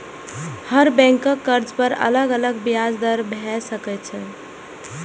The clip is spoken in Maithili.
हर बैंकक कर्ज पर अलग अलग ब्याज दर भए सकै छै